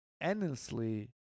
endlessly